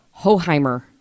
Hoheimer